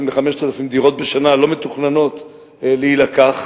ל-5,000 דירות בשנה שלא מתוכננות להילקח,